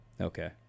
Okay